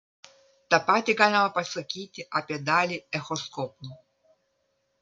tą patį galima pasakyti apie dalį echoskopų